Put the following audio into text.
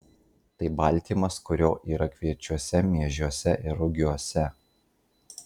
tai baltymas kurio yra kviečiuose miežiuose ir rugiuose